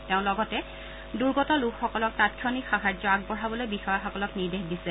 তেওঁ লগতে দুৰ্গত লোকসকলক তাংক্ষণিক সাহায্য আগবঢ়াবলৈ বিষয়াসকলক নিৰ্দেশ দিছে